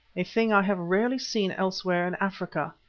a thing i have rarely seen elsewhere in africa.